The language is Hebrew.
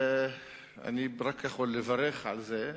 אני רק יכול לברך על זה,